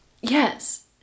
Yes